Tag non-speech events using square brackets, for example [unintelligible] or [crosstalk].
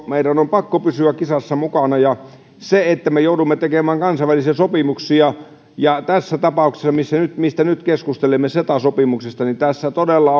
meidän on pakko pysyä kisassa mukana me joudumme tekemään kansainvälisiä sopimuksia ja tässä tapauksessa mistä nyt keskustelemme ceta sopimuksesta todella [unintelligible]